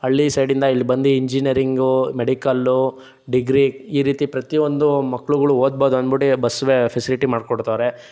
ಹಳ್ಳಿ ಸೈಡಿಂದ ಇಲ್ಲಿ ಬಂದು ಇಂಜಿನಿಯರಿಂಗು ಮೆಡಿಕಲ್ಲು ಡಿಗ್ರಿ ಈ ರೀತಿ ಪ್ರತಿಯೊಂದು ಮಕ್ಕಳುಗಳು ಓದಬಹುದಂದ್ಬಿಟ್ಟು ಬಸ್ಸುವೇ ಫೆಸಿಲಿಟಿ ಮಾಡ್ಕೊಡ್ತವ್ರೆ